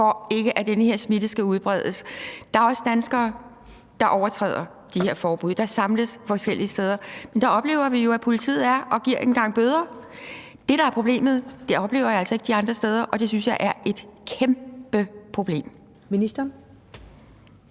for at den her smitte ikke skal udbredes? Der er også danskere, der overtræder de her forbud, og som samles forskellige steder. Men der oplever vi jo at politiet er og giver en gang bøder. Det, der er problemet, er, at jeg altså ikke oplever det de andre steder, og det synes jeg er et kæmpe problem. Kl.